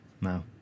No